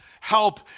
help